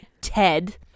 Ted